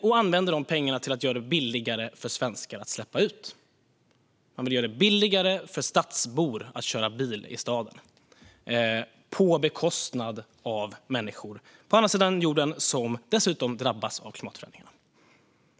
och använder dem för att göra det billigare för svenskar att släppa ut. Man vill göra det billigare för stadsbor att köra bil i staden, på bekostnad av människor på andra sidan jorden som dessutom drabbas av klimatförändringarna.